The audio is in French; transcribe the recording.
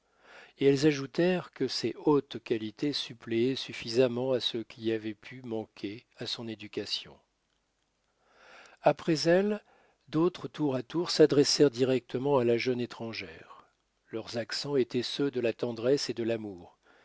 et elles ajoutèrent que ses hautes qualités suppléaient suffisamment à ce qui avait pu manquer à son éducation après elles d'autres tour à tour s'adressèrent directement à la jeune étrangère leurs accents étaient ceux de la tendresse et de l'amour